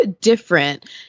different